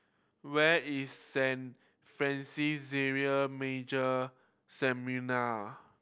where is Saint Francis Xavier Major Seminary